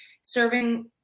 serving